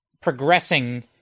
progressing